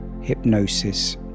hypnosis